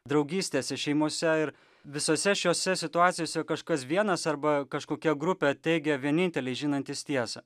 draugystėse šeimose ir visose šiose situacijose kažkas vienas arba kažkokia grupė teigia vieninteliai žinantys tiesą